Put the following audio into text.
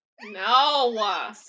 No